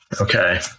Okay